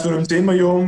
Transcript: אנחנו נמצאים היום